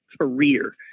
career